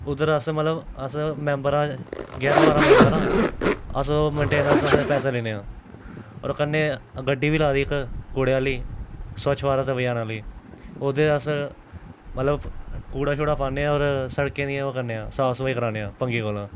उद्धर अस मतलब अस मैंबर आं ग्यारह् बारह् मैंबर आं अस मेंटेनन्स आस्तै पैसे लिन्ने आं होर कन्नै गड्डी बी लाई दी इक कूड़े आह्ली स्वच्छ भारत अभियान आह्ली ओहदे च अस मतलब कूड़ा शुड़ा पान्ने होर सड़कें दी ओह् करने आं साफ सफाई कराने भंगियें कोला